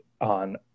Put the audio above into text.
on